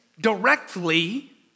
directly